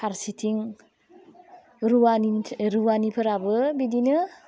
फारसेथिं रुवानिनि रुवानिफोराबो बिदिनो